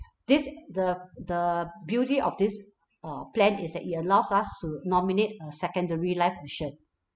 this the the beauty of this uh plan is that it allows us to nominate a secondary life assured